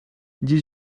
dix